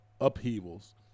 upheavals